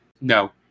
no